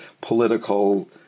political